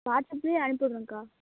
வாட்ஸப்லையே அனுப்பிடுவிங்கக்கா